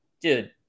dude